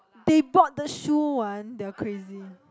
they bought the shoe one they're crazy